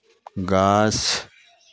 गाछ